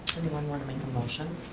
anyone wanna make a motion?